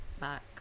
back